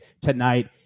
tonight